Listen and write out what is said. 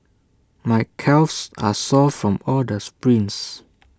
my calves are sore from all the sprints